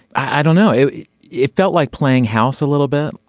i don't know it it felt like playing house a little bit.